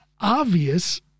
obvious